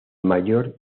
mayor